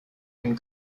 den